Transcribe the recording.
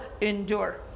endure